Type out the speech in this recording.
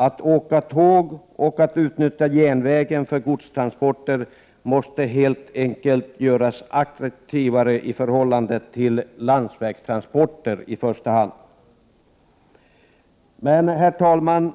Att åka tåg och att utnyttja järnvägen för godstransporter måste helt enkelt bli ett attraktivare alternativ — i första hand jämfört med landsvägstransporterna. Herr talman!